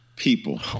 People